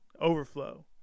overflow